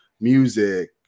music